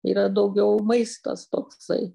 yra daugiau maistas toksai